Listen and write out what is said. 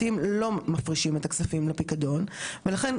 ולכן מדובר רק בחלק מהכספים שמגיעים אליהם,